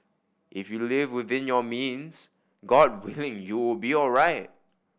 if you live within your means God willing you will be alright